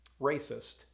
racist